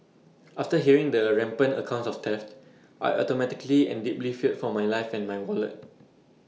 after hearing the rampant accounts of theft I automatically and deeply feared for my life and my wallet